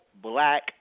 black